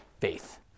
faith